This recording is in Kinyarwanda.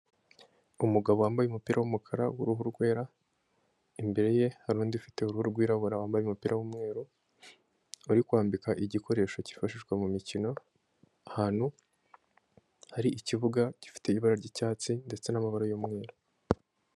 Umugabo wambaye umupira w'umukara w'uruhu rwera, imbere ye hari undi ufite uruhu rwirabura, wambaye umupira w'umweru, uri kwambika igikoresho cyifashishwa mu mikino, ahantu hari ikibuga gifite ibara ry'icyatsi ndetse n'amabara y'umweru.